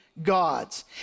Gods